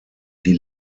die